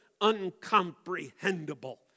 uncomprehendable